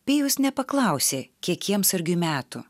pijus nepaklausė kiek kiemsargiui metų